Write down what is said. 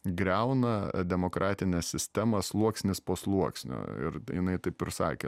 griauna demokratinę sistemą sluoksnis po sluoksnio ir jinai taip ir sakė